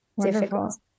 difficult